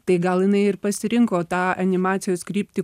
tai gal jinai ir pasirinko tą animacijos kryptį